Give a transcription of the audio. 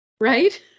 right